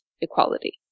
equality